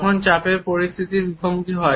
যখন চাপের পরিস্থিতির মুখোমুখি হয়